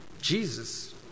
Jesus